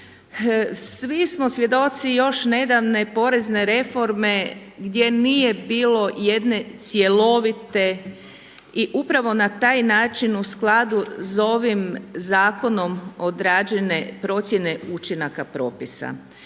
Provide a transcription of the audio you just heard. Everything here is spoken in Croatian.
Svi smo svjedoci još nedavne porezne reforme gdje nije bilo jedne cjelovite i upravo na taj način u skladu s ovim zakonom određena procjene učinaka propisa,